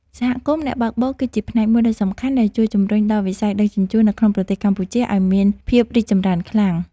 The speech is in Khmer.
សហគមន៍អ្នកបើកបរគឺជាផ្នែកមួយដ៏សំខាន់ដែលជួយជំរុញដល់វិស័យដឹកជញ្ជូននៅក្នុងប្រទេសកម្ពុជាឱ្យមានភាពរីកចម្រើនខ្លាំង។